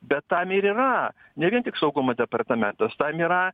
bet tam ir yra ne vien tik saugumo departamentas tam yra